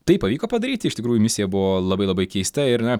tai pavyko padaryt iš tikrųjų misija buvo labai labai keista ir na